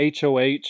HOH